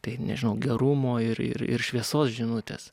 tai nežinau gerumo ir ir ir šviesos žinutės